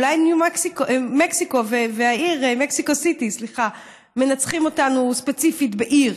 אולי מקסיקו והעיר מקסיקו סיטי מנצחים אותנו ספציפית בעיר,